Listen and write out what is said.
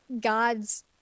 God's